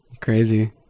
crazy